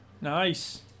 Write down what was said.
Nice